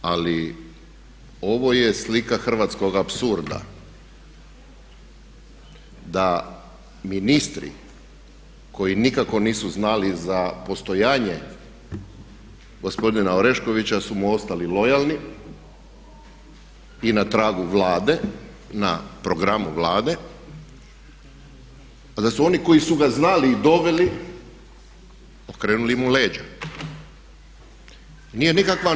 Ali ovo je slika hrvatskog apsurda da ministri koji nikako nisu znali za postojanje gospodina Oreškovića su mu ostali lojalni i na tragu Vlade, na programu Vlade a da su oni koji su ga znali i doveli okrenuli mu leđa.